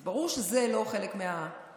אז ברור שזה לא חלק מהקריטריונים.